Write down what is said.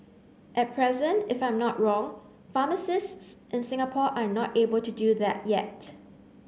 at present if I'm not wrong pharmacists in Singapore are not able to do that yet